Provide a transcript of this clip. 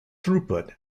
throughput